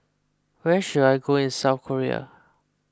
where should I go in South Korea